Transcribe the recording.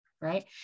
right